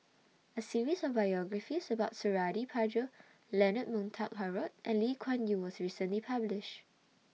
A series of biographies about Suradi Parjo Leonard Montague Harrod and Lee Kuan Yew was recently published